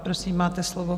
Prosím, máte slovo.